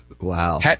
Wow